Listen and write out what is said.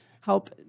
help